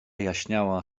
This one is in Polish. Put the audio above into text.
jaśniała